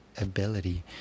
ability